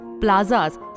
plazas